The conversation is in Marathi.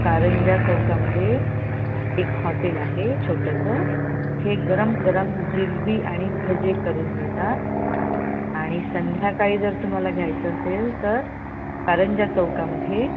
कारंजा चौकामध्ये एक हॉटेल आहे छोटंसं तिथे गरम गरम जिलबी आणि भजे करून मिळतात आणि संध्याकाळी जर तुम्हाला घ्यायचं असेल तर कारंजा चौकामध्ये